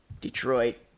Detroit